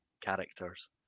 characters